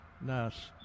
nice